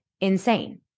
insane